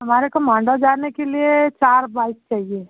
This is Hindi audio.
हमारे को मांडव जाने के लिए चार बाइक चाहिए